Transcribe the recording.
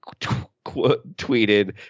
tweeted